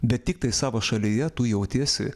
bet tiktai savo šalyje tu jautiesi